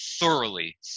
thoroughly